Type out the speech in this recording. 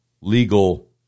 legal